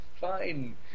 fine